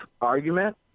argument